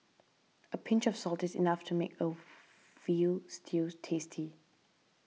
a pinch of salt is enough to make a Veal Stew tasty